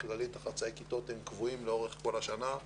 חצאי הכיתות הם קבועים לאורך כל השנה.